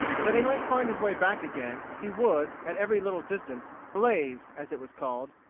that he might find his way back again, he would, at every little distance, blaze, as it was called,